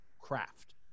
craft